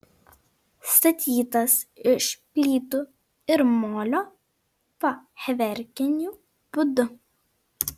statytas iš plytų ir molio fachverkiniu būdu